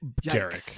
Derek